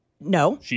No